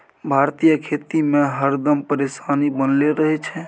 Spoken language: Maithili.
भारतीय खेती में हरदम परेशानी बनले रहे छै